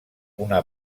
una